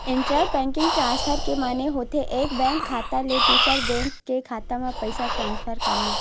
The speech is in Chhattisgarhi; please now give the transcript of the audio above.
इंटर बेंकिंग ट्रांसफर के माने होथे एक बेंक खाता ले दूसर बेंक के खाता म पइसा ट्रांसफर करना